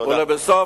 ולבסוף,